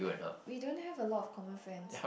we don't have a lot of common friends